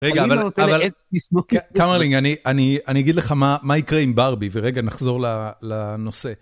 רגע, אבל קמרלינג, אני אגיד לך מה יקרה עם ברבי, ורגע נחזור לנושא.